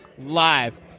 live